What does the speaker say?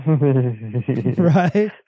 right